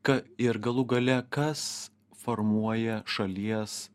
ką ir galų gale kas formuoja šalies